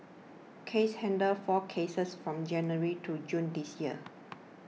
case handled four cases from January to June this year